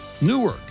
Newark